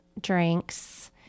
drinks